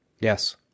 Yes